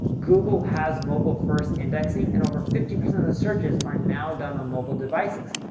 google has mobile-first indexing, and over fifty percent of the searches are now done on mobile devices.